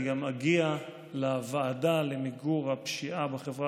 שאני גם אגיע לוועדה למיגור הפשיעה בחברה